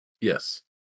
Yes